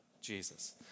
Jesus